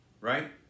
Right